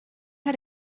how